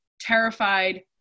terrified